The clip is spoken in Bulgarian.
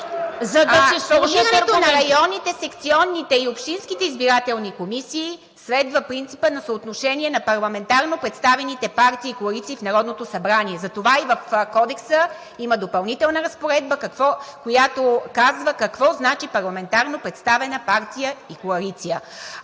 за да си слушате аргументите! ИВА МИТЕВА: …и общинските избирателни комисии следва принципа на съотношение на парламентарно представените партии и коалиции в Народното събрание. Затова и в Кодекса има допълнителна разпоредба, която казва какво значи парламентарно представена партия и коалиция.